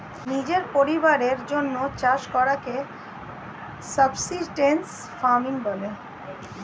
নিজের পরিবারের জন্যে চাষ করাকে সাবসিস্টেন্স ফার্মিং বলে